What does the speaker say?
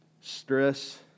Stress